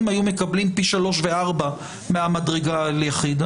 היו מקבלים פי שלוש וארבע מהמדרגה על יחיד.